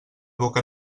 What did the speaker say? boca